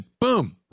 boom